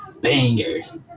bangers